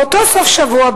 באותו סוף שבוע,